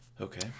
okay